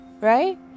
Right